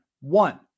one